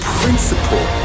principle